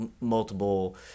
multiple